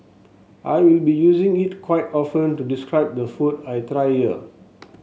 I will be using it quite often to describe the food I try here